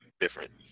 different